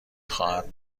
خواهد